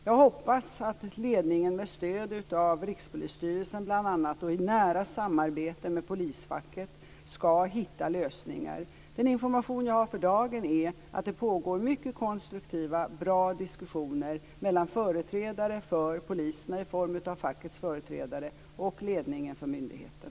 Jag hoppas att ledningen, med stöd av bl.a. Rikspolisstyrelsen och i nära samarbete med polisfacket, ska hitta lösningar. Den information jag har för dagen är att det pågår mycket konstruktiva och bra diskussioner mellan företrädare för poliserna, i form av fackets företrädare, och ledningen för myndigheten.